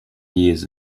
years